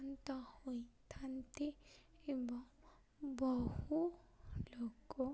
ଅନ୍ତ ହୋଇଥାନ୍ତି ଏବଂ ବହୁ ଲୋକ